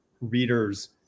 readers